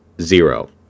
zero